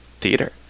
theater